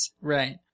Right